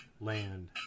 land